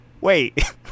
Wait